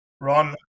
Ron